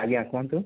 ଆଜ୍ଞା କୁହନ୍ତୁ